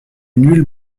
nulle